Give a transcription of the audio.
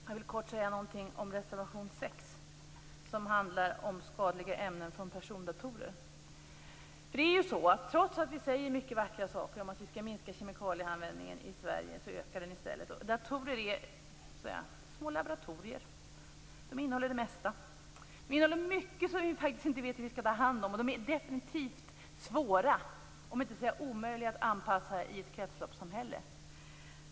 Jag vill kort säga någonting om reservation 6, som handlar om skadliga ämnen från persondatorer. Trots att vi säger många vackra saker om att vi skall minska kemikalieanvändningen i Sverige ökar den i stället. Datorer är små laboratorier. De innehåller det mesta. De innehåller mycket som vi faktiskt inte vet hur vi skall ta hand om. De är definitivt svåra, om inte omöjliga, att anpassa i ett kretsloppssamhälle.